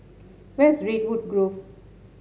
where's Redwood Grove